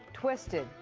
twisted,